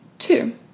Two